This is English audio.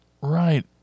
right